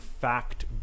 fact